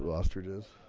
ah ostriches